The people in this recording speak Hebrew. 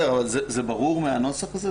בסדר, אבל זה ברור מהנוסח הזה?